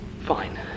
Fine